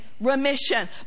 remission